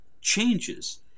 changes